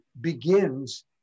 begins